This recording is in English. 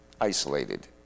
isolated